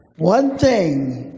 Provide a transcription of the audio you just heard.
one thing,